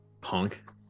punk